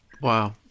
Wow